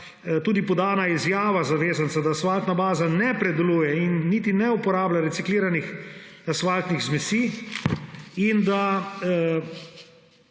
tudi podana izjava zavezanca, da asfaltna baza ne predeluje, niti ne uporablja recikliranih asfaltnih zmesi. Glede